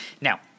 Now